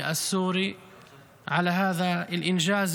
שממשיכה